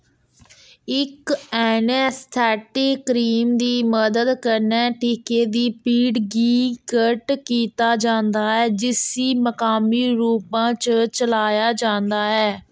इक anaesthetic cream दी मदद कन्नै टीके दी पीड़ गी घट्ट कीता जंदा ऐ जिसी मकामी रूपा चलाया जंदा ऐ